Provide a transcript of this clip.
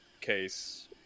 case